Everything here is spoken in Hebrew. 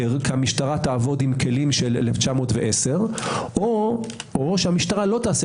כי המשטרה תעבוד עם כלים מ-1910 או המשטרה לא תעשה